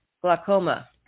glaucoma